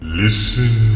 listen